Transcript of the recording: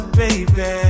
baby